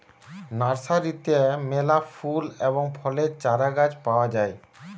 নার্সারিতে মেলা ফুল এবং ফলের চারাগাছ পাওয়া যায়